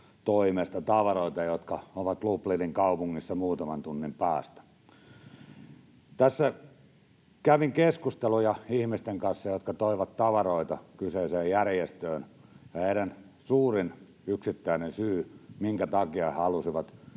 toimesta tavaroita, jotka ovat Lublinin kaupungissa muutaman tunnin päästä. Tässä kävin keskusteluja ihmisten kanssa, jotka toivat tavaroita kyseiseen järjestöön. Suurin yksittäinen syy, minkä takia he halusivat